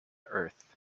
earth